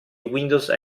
windows